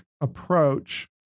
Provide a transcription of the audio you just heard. approach